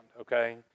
okay